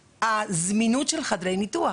הזמינות של חדרי ניתוח.